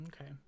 okay